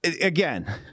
Again